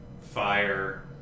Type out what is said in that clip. fire